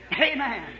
Amen